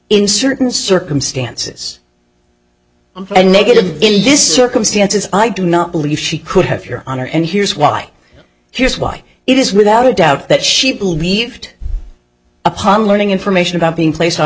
in certain circumstances and negative in this circumstance i do not believe she could have your honor and here's why here's why it is without a doubt that she believed upon learning information about being placed on